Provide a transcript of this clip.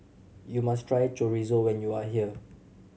you must try Chorizo when you are here